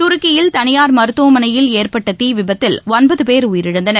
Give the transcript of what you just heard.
துருக்கியில் தனியார் மருத்துவமனையில் ஏற்பட்ட தீ விபத்தில் ஒன்பது பேர் உயிரிழந்தனர்